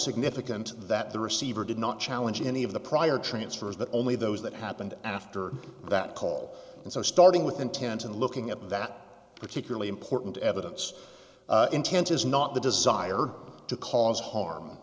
significant that the receiver did not challenge any of the prior transfers but only those that happened after that call and so starting with intent and looking at that particularly important evidence intent is not the desire to cause harm